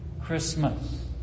Christmas